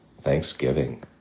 Thanksgiving